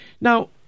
Now